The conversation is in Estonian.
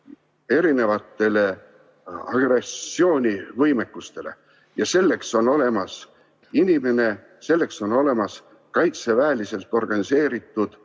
erinevatele agressioonidele ja selleks on olemas inimene, selleks on olemas kaitseväeliselt organiseeritud